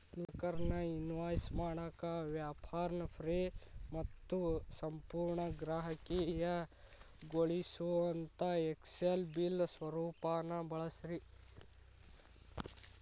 ನಿಮ್ಮ ಗ್ರಾಹಕರ್ನ ಇನ್ವಾಯ್ಸ್ ಮಾಡಾಕ ವ್ಯಾಪಾರ್ನ ಫ್ರೇ ಮತ್ತು ಸಂಪೂರ್ಣ ಗ್ರಾಹಕೇಯಗೊಳಿಸೊಅಂತಾ ಎಕ್ಸೆಲ್ ಬಿಲ್ ಸ್ವರೂಪಾನ ಬಳಸ್ರಿ